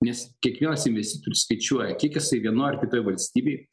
nes kiekvienas investitorius skaičiuoja kiek jisai vienoj ar kitoj valstybėj